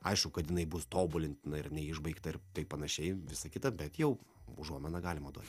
aišku kad jinai bus tobulintina ir neišbaigta ir panašiai visa kita bet jau užuominą galima duoti